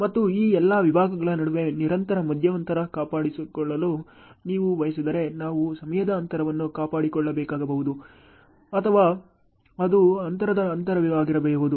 ಮತ್ತು ಈ ಎಲ್ಲಾ ವಿಭಾಗಗಳ ನಡುವೆ ನಿರಂತರ ಮಧ್ಯಂತರವನ್ನು ಕಾಪಾಡಿಕೊಳ್ಳಲು ನೀವು ಬಯಸಿದರೆ ನಾನು ಸಮಯದ ಅಂತರವನ್ನು ಕಾಪಾಡಿಕೊಳ್ಳಬೇಕಾಗಬಹುದು ಅಥವಾ ಅದು ಅಂತರದ ಅಂತರವಾಗಿರಬಹುದು